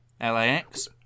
LAX